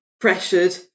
pressured